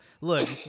look